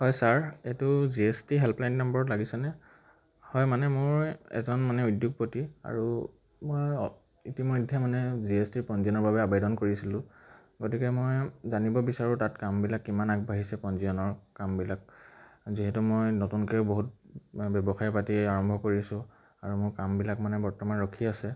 হয় ছাৰ এইটো G S T helpline নাম্বৰত লাগিছেনে হয় মানে মোৰ এজন মানে উদ্যোগ প্ৰতি আৰু মই ইতিমধ্যে মানে জি এছ টি পঞ্জীয়নৰ বাবে আবেদন কৰিছিলোঁ গতিকে মই জানিব বিচাৰোঁ তাত কামবিলাক কিমান আগবাঢ়িছে পঞ্জীয়নৰ কামবিলাক যিহেতু মই নতুনকৈও বহুত ব্যৱসায় পাতি আৰম্ভ কৰিছোঁ আৰু মোৰ কামবিলাক মানে বৰ্তমান ৰখি আছে